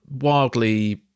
wildly